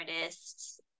artists